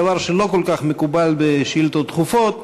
דבר שלא כל כך מקובל בשאילתות דחופות,